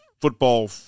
football